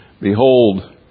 behold